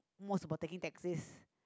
most about taking taxis